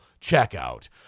checkout